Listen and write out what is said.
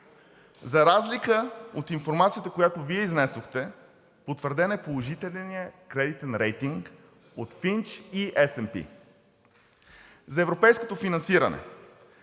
За разлика от информацията, която Вие изнесохте, потвърден е положителният кредитен рейтинг от „Финч“ и SNP. За европейското финансиране.